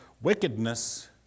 wickedness